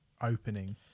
opening